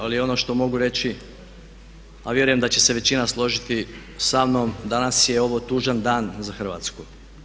Ali ono što mogu reći, a vjerujem da će se većina složiti sa mnom, danas je ovo tužan dan za Hrvatsku.